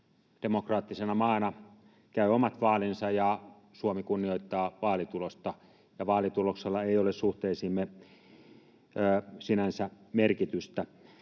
demokraattisena maana käy omat vaalinsa, Suomi kunnioittaa vaalitulosta ja että vaalituloksella ei ole suhteisiimme sinänsä merkitystä.